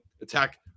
attack